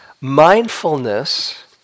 mindfulness